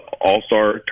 all-star